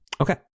Okay